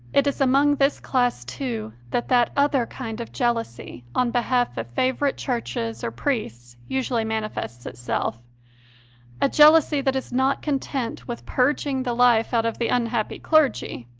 it is among this class, too, that that other kind of jealousy on behalf of favourite churches or priests usually manifests itself a jealousy that is not content with plaguing the life out of the unhappy clergy,